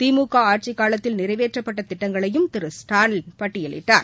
திமுக ஆட்சிக்காலத்தில் நிறைவேற்றப்பட்ட திட்டங்களையும் திரு ஸ்டாலின் பட்டியலிட்டார்